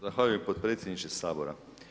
Zahvaljujem potpredsjedniče Sabora.